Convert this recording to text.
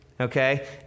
okay